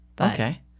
Okay